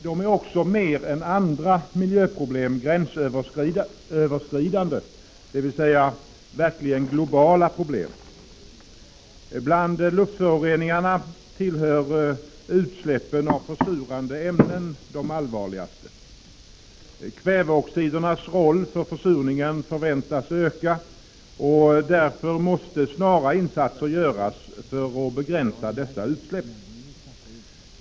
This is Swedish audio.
De är också mer än andra miljöproblem gränsöverskridande, dvs. verkligen globala problem. Bland luftföroreningarna tillhör utsläppen av försurande ämnen de allvarligaste. Kväveoxidernas roll för försurningen förväntas öka. Därför måste insatser snarast göras för att begränsa dessa utsläpp.